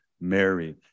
Mary